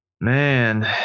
man